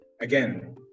again